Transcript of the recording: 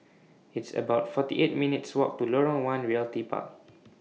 It's about forty eight minutes' Walk to Lorong one Realty Park